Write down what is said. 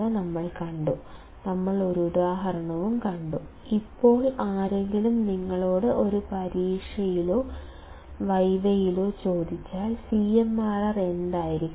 നമ്മൾ ഒരു ഉദാഹരണം കണ്ടു ഇപ്പോൾ ആരെങ്കിലും നിങ്ങളോട് ഒരു പരീക്ഷയിലോ വൈവയിലോ ചോദിച്ചാൽ CMRR എന്തായിരിക്കണം